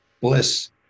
bliss